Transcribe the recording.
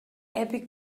epic